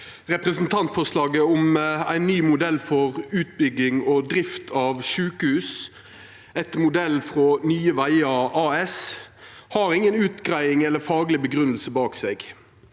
Representant- forslaget om ein ny modell for utbygging og drift av sjukehus etter modell frå Nye vegar AS har inga utgreiing eller fagleg grunngjeving bak seg.